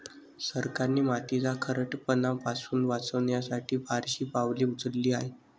सरकारने मातीचा खारटपणा पासून वाचवण्यासाठी फारशी पावले उचलली आहेत